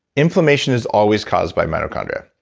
inflammation is always caused by mitochondria,